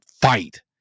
fight